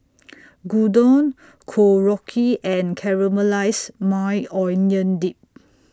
Gyudon Korokke and Caramelized Maui Onion Dip